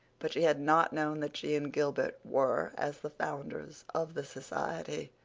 but she had not known that she and gilbert were, as the founders of the society,